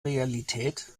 realität